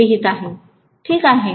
ठीक आहे